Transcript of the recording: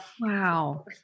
Wow